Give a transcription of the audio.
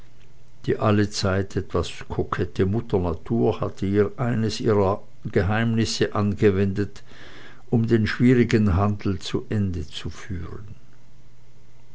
die allezeit etwas kokette mutter natur hatte hier eines ihrer geheimnisse angewendet um den schwierigen handel zu ende zu führen